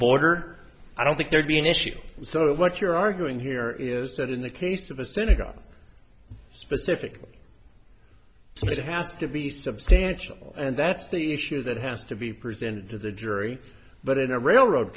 border i don't think there'd be an issue sort of what you're arguing here is that in the case of a synagogue specifically so it has to be substantial and that's the issue that has to be presented to the jury but in a railroad